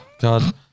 God